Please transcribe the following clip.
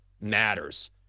matters